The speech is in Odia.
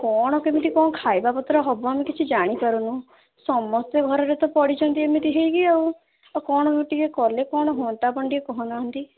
କ'ଣ କେମିତି କ'ଣ ଖାଇବାପତ୍ର ହେବ ଆମେ କିଛି ଜାଣିପାରୁନୁ ସମସ୍ତେ ଘରରେ ତ ପଡ଼ିଛନ୍ତି ଏମିତି ହେଇକି ଆଉ କ'ଣ ଟିକେ କଲେ କ'ଣ ହୁଅନ୍ତା ଆପଣ ଟିକେ କହୁନାହାନ୍ତି